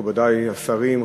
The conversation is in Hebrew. מכובדי השרים,